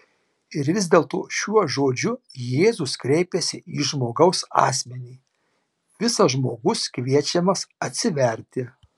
ir vis dėlto šiuo žodžiu jėzus kreipiasi į žmogaus asmenį visas žmogus kviečiamas atsiverti